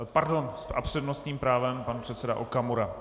Pardon, s přednostním právem pan předseda Okamura.